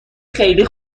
خیلی